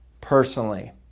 personally